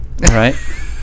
right